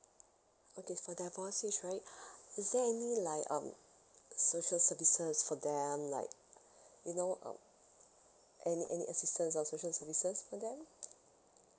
okay for divorcees right is there any like um social services for them like you know um any any assistance or social services for them